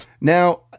now